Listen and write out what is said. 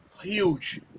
Huge